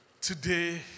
today